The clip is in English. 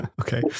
okay